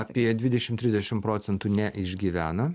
apie dvidešim trisdešim procentų neišgyvena